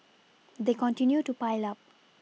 they continue to pile up